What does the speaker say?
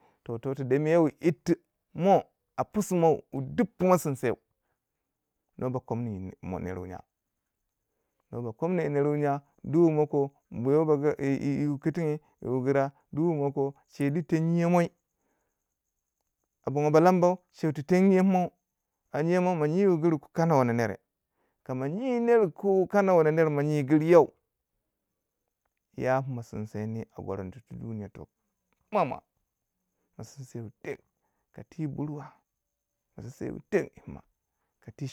toh to tu demewi yirti mo a pisu mo duk pumo sinsai no ba komun mo nerwo nya no ba komna ner wu nya duk wumo ko nyi wo yi- yi- yi yi wu kitnye yi wu ba gura duk wu mo ko che di teng nyiya moi a bongo ba lamba cheu ti teng nyiyau pu mou andi mo ma nyiwi guru ko kana wono nere mo nyi giru yo ya puma sinsiyeni a gweran tu- tu duniya to mwamwa, ma sinsiyewu teng. Ka ti burwama sinsiyewu teng yi pima ka ti.